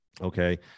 Okay